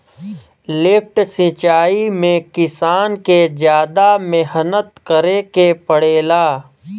lift सिचाई में किसान के जादा मेहनत करे के पड़ेला